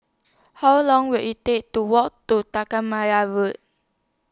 How Long Will IT Take to Walk to Road